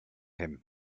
him